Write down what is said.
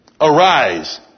arise